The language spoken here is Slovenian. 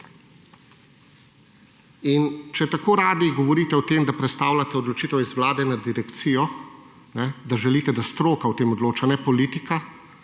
tako radi govorite o tem, da prestavljate odločitev z Vlade na Direkcijo, da želite, da stroka o tem odloča, ne politika,